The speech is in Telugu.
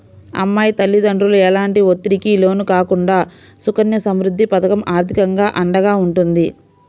అమ్మాయి తల్లిదండ్రులు ఎలాంటి ఒత్తిడికి లోను కాకుండా సుకన్య సమృద్ధి పథకం ఆర్థికంగా అండగా ఉంటుంది